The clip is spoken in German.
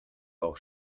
auch